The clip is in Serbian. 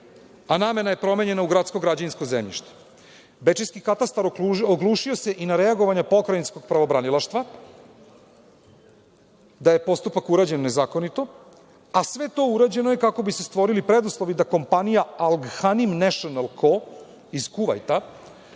a namena je promenjena u gradsko građevinsko zemljište. Bečejski katastar oglušio se i na reagovanja pokrajinskog pravobranilaštva da je postupak urađen nezakonito, a sve to urađeno je kako bi se stvorili preduslovi da kompanija „Alghanim National“ iz Kuvajta